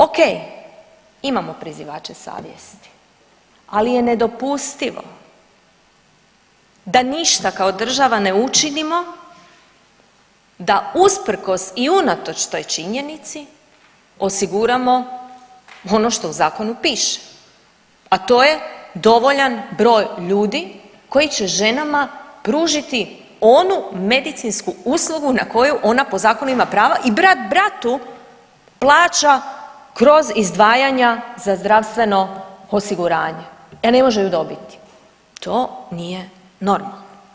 Okej, imamo prizivače savjesti, ali je nedopustivo da ništa kao država ne učinimo da usprkos i unatoč toj činjenici osiguramo ono što u zakonu piše, a to je dovoljan broj ljudi koji će ženama pružiti onu medicinsku uslugu na koju ona po zakonu ima prava i brat bratu plaća kroz izdvajanja za zdravstveno osiguranje, a ne može ju dobiti, to nije normalno.